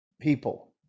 people